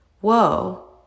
whoa